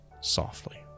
softly